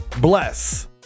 Bless